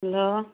hello